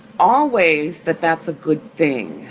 always that that's a good thing.